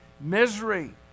misery